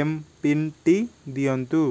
M PIN ଟି ଦିଅନ୍ତୁ